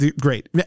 great